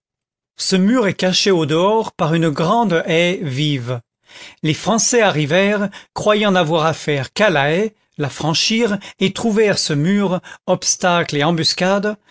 ce mur est caché au dehors par une grande haie vive les français arrivèrent croyant n'avoir affaire qu'à la haie la franchirent et trouvèrent ce mur obstacle et embuscade